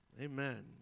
Amen